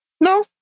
no